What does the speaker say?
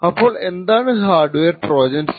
അപ്പോൾ എന്താണ് hardware Trojans